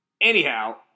anyhow